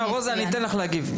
רוזה, אני אתן לך להגיב.